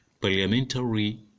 Parliamentary